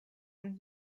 und